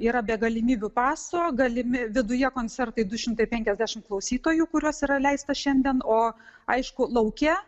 yra be galimybių paso galimi viduje koncertai du šimtai penkiasdešim klausytojų kuriuos yra leista šiandien o aišku lauke